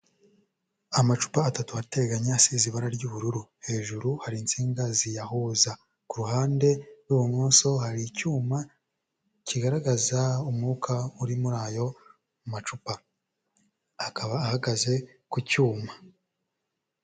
Amacupa atatu arateganya asize ibara ry'ubururu, hejuru hari insinga ziyahuza, ku ruhande rw'ibumoso hari icyuma kigaragaza umwuka uri muri ayo macupa, akaba ahagaze ku cyuma.